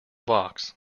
box